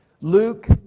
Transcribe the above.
Luke